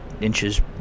inches